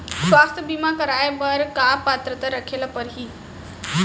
स्वास्थ्य बीमा करवाय बर का पात्रता रखे ल परही?